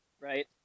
right